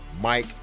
Mike